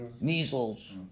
measles